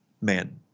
man